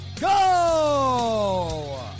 go